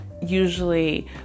usually